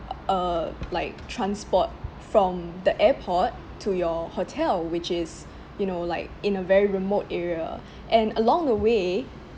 err like transport from the airport to your hotel which is you know like in a very remote area and along the way